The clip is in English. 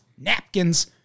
napkins